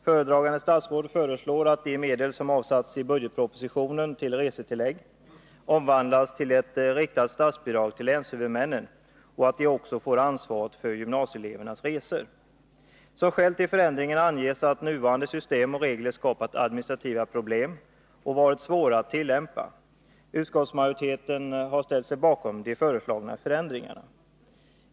Föredragande statsråd föreslår att de medel som i budgetpropositionen avsatts till resetillägg omvandlas till ett riktat statsbidrag till länshuvudmännen och att dessa också får ansvaret för gymnasieelevernas resor. Som skäl till förändringen anges att nuvarande system och regler har skapat administrativa problem och varit svåra att tillämpa. Utskottsmajoriteten har ställt sig bakom de föreslagna förändringarna.